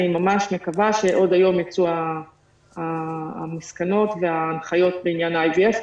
ואני ממש מקווה שעוד היום ייצאו המסקנות וההנחיות בעניין ה-IVF.